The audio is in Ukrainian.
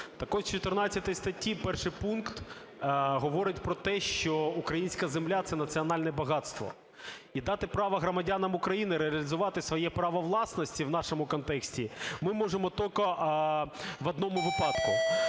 Так от у 14 статті перший пункт говорить про те, що українська земля – це національне багатство, і дати право громадянам України реалізувати своє право власності, у нашому контексті, ми можемо тільки в одному випадку.